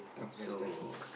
so